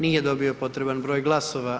Nije dobio potreban broj glasova.